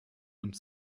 und